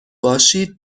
باشید